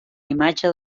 imatge